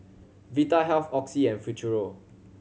Vitahealth Oxy and Futuro